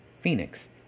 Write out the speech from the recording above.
Phoenix